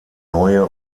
neue